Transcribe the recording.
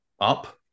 up